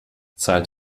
zahlt